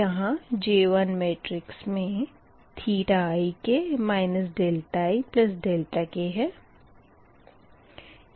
यहाँ J1 matrix मे ik ik है